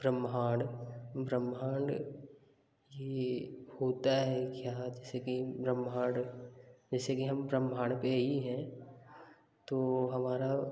ब्रह्माण्ड ब्रह्माण्ड कि होता है क्या जैसे कि ब्रह्माण्ड जैसे कि हम ब्रह्माण्ड पे ही हैं तो हमारा